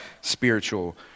spiritual